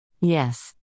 Yes